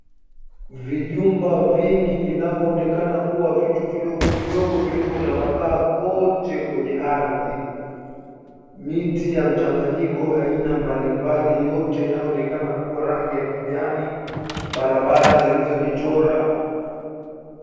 Vijumba vingi vinavyo onekana kuwa vitu vidogo vidogo vilivyotapakaa kote kwenye ardhi. Miti ya mchanganyiko aina mbalimbali yote inaonekana kuwa rangi ya kijani, barabara zilizojichora.